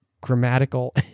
grammatical